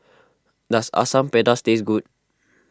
does Asam Pedas taste good